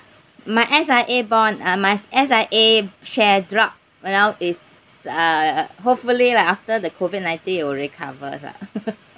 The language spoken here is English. my S_I_A bond uh my S_I_A share drop right now is uh hopefully lah after the COVID nineteen it will recovers ah